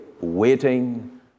waiting